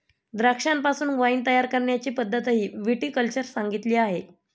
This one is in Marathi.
द्राक्षांपासून वाइन तयार करण्याची पद्धतही विटी कल्चर सांगितली आहे